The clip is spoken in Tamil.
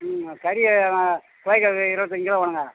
ம் கறி கோழிக்கறி இருபத்தஞ்சி கிலோ வேணும்ங்க